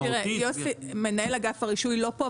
יוסי מנהל אגף הרישוי לא פה,